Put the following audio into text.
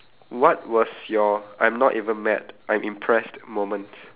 what was your I'm not even mad I'm impressed moment